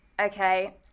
okay